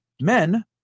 men